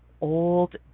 old